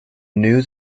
news